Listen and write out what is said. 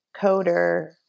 coder